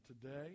today